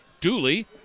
Dooley